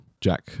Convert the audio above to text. Jack